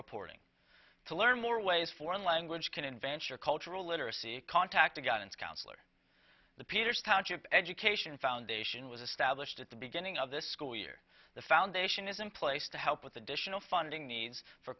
reporting to learn more ways foreign language can advance your cultural literacy contact a guidance counselor the peters township education foundation was established at the beginning of the school year the foundation is in place to help with additional funding needs for